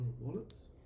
wallets